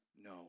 No